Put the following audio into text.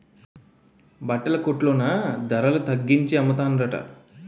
బట్టల కొట్లో నా ధరల తగ్గించి అమ్మతన్రట